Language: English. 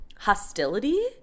hostility